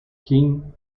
king